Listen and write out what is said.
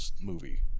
movie